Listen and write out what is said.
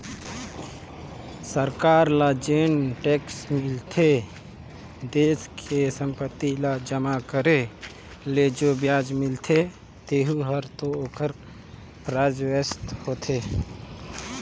सरकार ल जेन टेक्स मिलथे देस के संपत्ति ल जमा करे ले जो बियाज मिलथें तेहू हर तो ओखर राजस्व होथे